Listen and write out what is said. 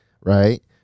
Right